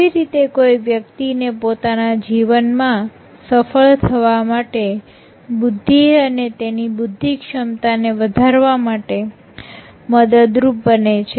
કેવી રીતે કોઈ વ્યક્તિ ને પોતાના જીવન માં સફળ થવા માટે બુદ્ધિ તેની બુદ્ધિ ક્ષમતા ને વધારવા માટે મદદરૂપ બને છે